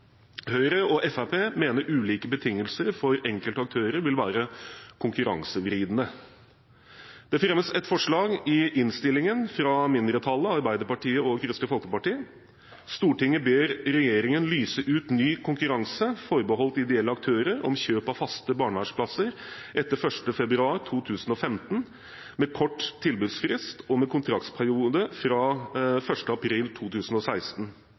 Høyre og Fremskrittspartiet mener ulike betingelser for enkeltaktører vil være konkurransevridende. Det fremmes ett forslag i innstillingen fra mindretallet, Arbeiderpartiet og Kristelig Folkeparti: «Stortinget ber regjeringen lyse ut ny konkurranse forbeholdt ideelle aktører om kjøp av faste barnevernsplasser etter 1. februar 2015, med kort tilbudsfrist og med kontraktsperiode fra 1. april 2016,